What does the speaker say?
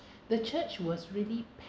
the church was really